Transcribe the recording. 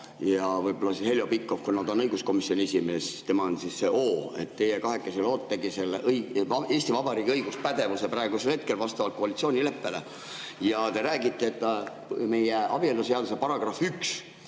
ja võib-olla Heljo Pikhof, kuna ta on õiguskomisjoni esimees, on siis see O. Teie kahekesi lootegi Eesti Vabariigi õiguspädevuse praegusel hetkel vastavalt koalitsioonileppele. Ja te räägite, et meie abieluseaduse § 1